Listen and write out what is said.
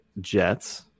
Jets